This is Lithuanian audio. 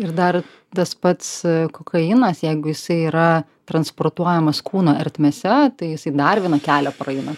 ir dar tas pats kokainas jeigu jisai yra transportuojamas kūno ertmėse tai jisai dar vieną kelią praeina